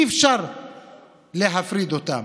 אי-אפשר להפריד אותן.